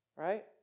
Right